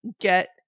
get